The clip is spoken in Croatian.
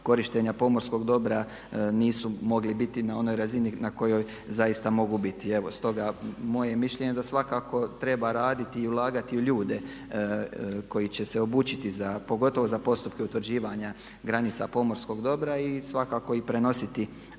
korištenja pomorskog dobra nisu mogli biti na onoj razini na kojoj zaista mogu biti. Evo stoga moje je mišljenje da svakako treba raditi u ulagati u ljude koji će se obučiti za, pogotovo za postupke utvrđivanja granica pomorskog dobra i svakako i prenositi